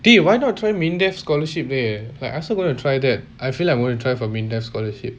dey why not try MINDEF scholarship leh I also going to try that I feel I'm going to try for MINDEF scholarship